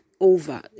over